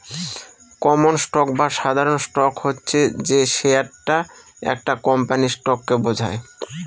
common stock বা সাধারণ stock হচ্ছে যে শেয়ারটা একটা কোম্পানির স্টককে বোঝায়